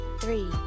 three